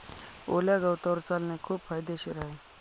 ओल्या गवतावर चालणे खूप फायदेशीर आहे